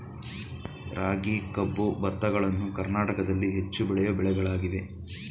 ರಾಗಿ, ಕಬ್ಬು, ಭತ್ತಗಳನ್ನು ಕರ್ನಾಟಕದಲ್ಲಿ ಹೆಚ್ಚು ಬೆಳೆಯೋ ಬೆಳೆಗಳಾಗಿವೆ